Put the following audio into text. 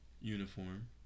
uniform